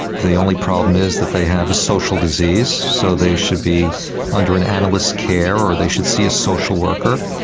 the only problem is that they have a social disease, so they should be under an analyst's care or they should see a social worker.